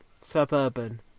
Suburban